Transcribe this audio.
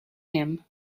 him